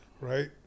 right